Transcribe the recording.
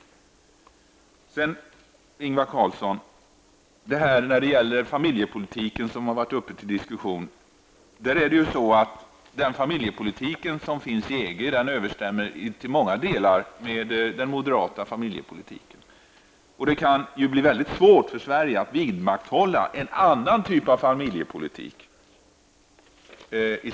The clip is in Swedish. Familjepolitiken har varit uppe till diskussion. Den familjepolitik som finns inom EG överensstämmer till många delar med den moderata familjepolitiken. Det kan bli väldigt svårt för Sverige att vidmakthålla en annan typ av familjepolitik.